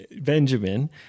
Benjamin